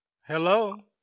Hello